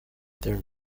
their